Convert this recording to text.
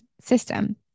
system